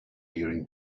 during